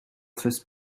first